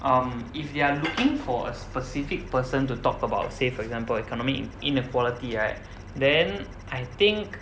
um if they're looking for a specific person to talk about say for example economy inequality right then I think